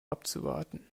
abzuwarten